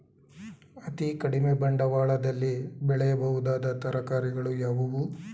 ಅತೀ ಕಡಿಮೆ ಬಂಡವಾಳದಲ್ಲಿ ಬೆಳೆಯಬಹುದಾದ ತರಕಾರಿಗಳು ಯಾವುವು?